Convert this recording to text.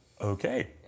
Okay